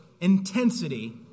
intensity